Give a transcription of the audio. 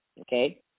Okay